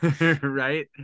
Right